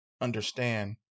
understand